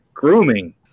Grooming